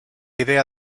idea